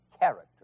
character